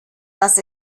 dass